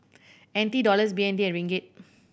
N T Dollars B N D and Ringgit